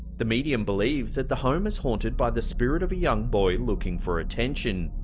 the medium believes that the home is haunted by the spirit of a young boy looking for attention,